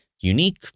unique